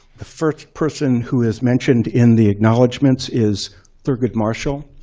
the first person who is mentioned in the acknowledgments is thurgood marshall.